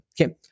okay